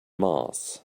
mars